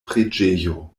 preĝejo